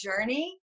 journey